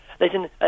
Listen